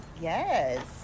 Yes